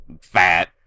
fat